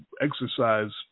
exercise